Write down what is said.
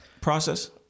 process